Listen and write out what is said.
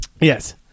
Yes